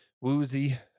woozy